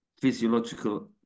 physiological